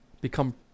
become